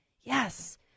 Yes